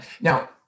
Now